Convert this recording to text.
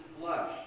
flesh